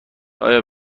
آیا